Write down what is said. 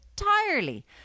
entirely